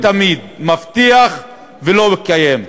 כמו תמיד, מבטיח ולא מקיים.